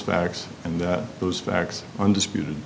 facts and that those facts undisputed